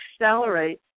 accelerate